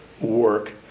work